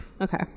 Okay